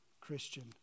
Christian